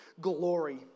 Glory